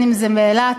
אם באילת,